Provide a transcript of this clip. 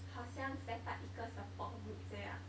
好像 setup 一个 support group 这样